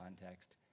context